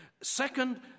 Second